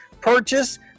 purchase